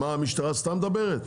המשטרה סתם מדברת?